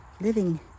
living